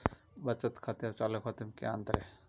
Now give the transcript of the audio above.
बचत खाते और चालू खाते में क्या अंतर है?